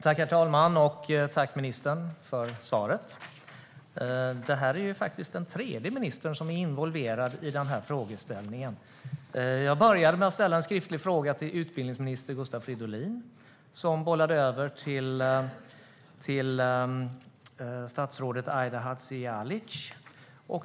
Herr talman! Jag tackar ministern för svaret. Det här är faktiskt den tredje ministern som är involverad i den här frågeställningen. Jag började med att ställa en skriftlig fråga till utbildningsminister Gustav Fridolin, som bollade över den till statsrådet Aida Hadzialic.